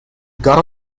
got